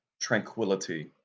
tranquility